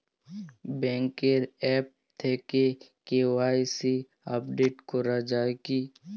ব্যাঙ্কের আ্যপ থেকে KYC update করা যায় কি?